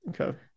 okay